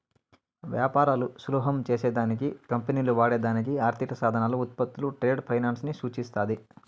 వ్యాపారాలు సులభం చేసే దానికి కంపెనీలు వాడే దానికి ఆర్థిక సాధనాలు, ఉత్పత్తులు ట్రేడ్ ఫైనాన్స్ ని సూచిస్తాది